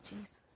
Jesus